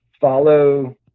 follow